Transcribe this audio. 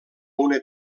una